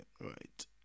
right